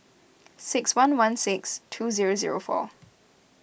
six one one six two zero zero four